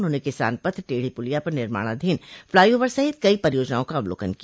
उन्होंने किसान पथ टेढ़ी पुलिया पर निर्माणाधीन फ्लाईओवर सहित कई परियोजनाओं का अवलोकन किया